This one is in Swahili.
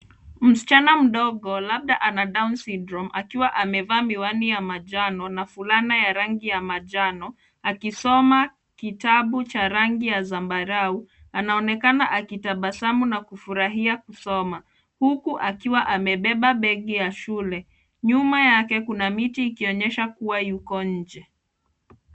Msichana mdogo, labda ana down syndrome , akiwa amevaa miwani ya manjano na fulana ya rangi ya manjano, akisoma kitabu cha rangi ya zambarau. Anaonekana akitabasamu na kufurahia kusoma, huku akiwa amebeba begi ya shule. Nyuma yake, kuna miti, ikionyesha kuwa yuko nje.